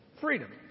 Freedom